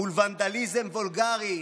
מול ונדליזם וולגרי.